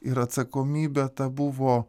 ir atsakomybė ta buvo